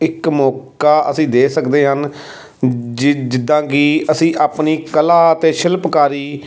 ਇੱਕ ਮੌਕਾ ਅਸੀਂ ਦੇ ਸਕਦੇ ਹਨ ਜੀ ਜਿੱਦਾਂ ਕਿ ਅਸੀਂ ਆਪਣੀ ਕਲਾ ਅਤੇ ਸ਼ਿਲਪਕਾਰੀ